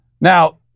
Now